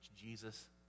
Jesus